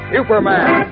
Superman